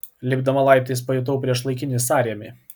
lipdama laiptais pajutau priešlaikinį sąrėmį